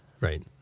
right